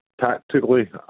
tactically